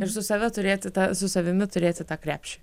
ir su save turėti tą su savimi turėti tą krepšį